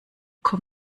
komm